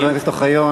חבר הכנסת אוחיון.